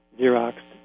Xerox